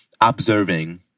observing